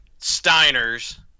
Steiners